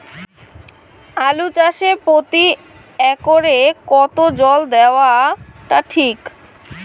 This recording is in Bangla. আলু চাষে প্রতি একরে কতো জল দেওয়া টা ঠিক?